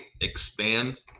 expand